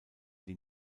die